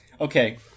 Okay